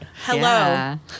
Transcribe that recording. Hello